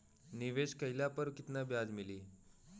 निवेश काइला पर कितना ब्याज मिली?